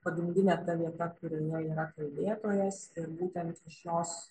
pagrindinė vieta kurioje yra kalbėtojas tai būtent iš šios